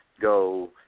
go